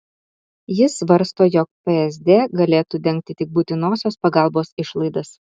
ji svarsto jog psd galėtų dengti tik būtinosios pagalbos išlaidas